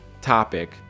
topic